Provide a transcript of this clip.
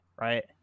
Right